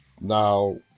now